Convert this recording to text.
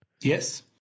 Yes